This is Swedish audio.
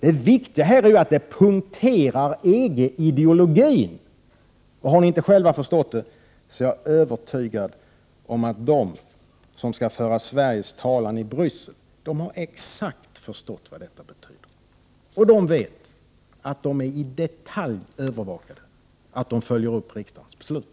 Det viktiga här är att det punkterar EG-ideologin. Om ni inte själva har förstått det är jag övertygad om att de som skall föra Sveriges talan i Bryssel har förstått exakt vad detta betyder. De vet att det i detalj övervakas att de följer upp riksdagens beslut.